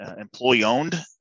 employee-owned